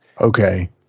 Okay